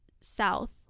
south